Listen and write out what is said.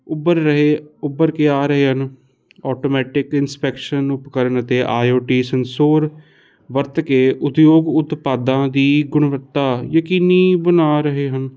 Uber ਰਹੇ ਉਭਰ ਕੇ ਆ ਰਹੇ ਹਨ ਆਟੋਮੈਟਿਕ ਇੰਸਪੈਕਸ਼ਨ ਉਪਕਰਨ ਅਤੇ ਆਈ ਓ ਟੀ ਸਨਸੋਰ ਵਰਤ ਕੇ ਉਦਯੋਗ ਉਤਪਾਦਾਂ ਦੀ ਗੁਣਵੱਤਾ ਯਕੀਨੀ ਬਣਾ ਰਹੇ ਹਨ